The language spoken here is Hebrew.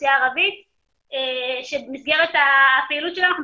והאוכלוסייה הערבית כשבמסגרת הפעילות שלנו אנחנו